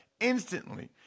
instantly